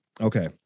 okay